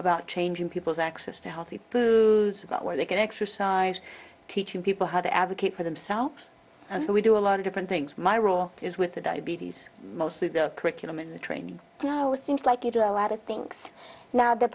about changing people's access to healthy foods about where they can exercise teaching people how to advocate for themselves and so we do a lot of different things my role is with the diabetes mostly the curriculum and the training you know it seems like you do a lot of things now the